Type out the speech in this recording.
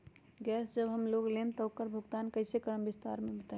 Gas जब हम लोग लेम त उकर भुगतान कइसे करम विस्तार मे बताई?